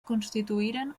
constituïren